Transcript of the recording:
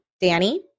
Danny